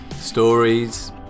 stories